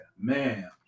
Man